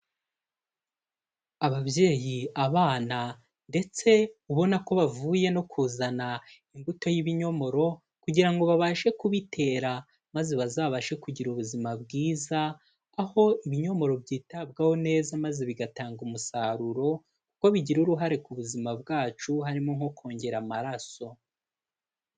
Ababyeyi, abana ndetse ubona ko bavuye no kuzana imbuto y'ibinyomoro kugira ngo babashe kubitera maze bazabashe kugira ubuzima bwiza, aho ibinyomoro byitabwaho neza maze bigatanga umusaruro kuko bigira uruhare ku buzima bwacu, harimo nko kongera amaraso.